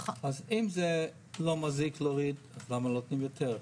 אם זה לא מזיק להוריד, למה לא נותנים יותר?